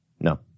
No